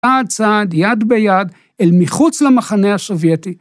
‫צעד צעד, יד ביד, ‫אל מחוץ למחנה הסוביטי.